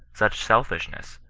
such selfishness,